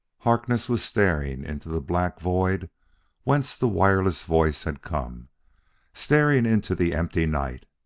harkness was staring into the black void whence the wireless voice had come staring into the empty night.